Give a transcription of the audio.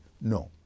No